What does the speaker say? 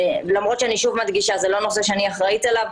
למרות שאני שוב מדגישה שזה לא נושא אני אחראית עליו,